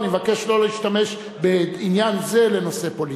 אני מבקש לא להשתמש בעניין זה לנושא פוליטי.